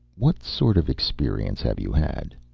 what sort of experience have you had?